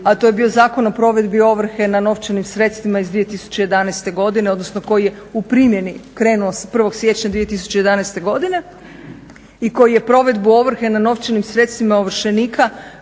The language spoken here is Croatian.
a to je bio Zakon o provedbi ovrhe na novčanim sredstvima iz 2011. godine odnosno koji je u primjeni krenuo 1. siječnja 2011. godine i koji je provedbu ovrhe na novčanim sredstvima ovršenika